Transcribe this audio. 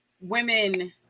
women